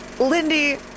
Lindy